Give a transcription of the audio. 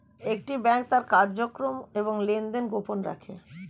একটি ব্যাংক তার কার্যক্রম এবং লেনদেন গোপন রাখে